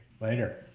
Later